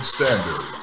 Standard